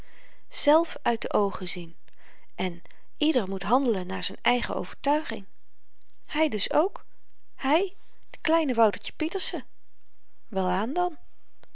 zelf uit de oogen zien en ieder moet handelen naar z'n eigen overtuiging hy dus ook hy de kleine woutertje pieterse wel aan dan